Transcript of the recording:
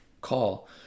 call